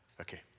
Okay